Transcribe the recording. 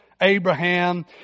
Abraham